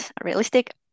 realistic